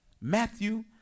Matthew